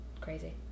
crazy